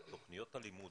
תוכניות הלימוד,